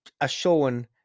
a-showing